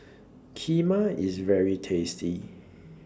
Kheema IS very tasty